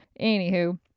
anywho